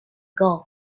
gold